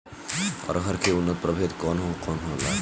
अरहर के उन्नत प्रभेद कौन कौनहोला?